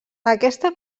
aquesta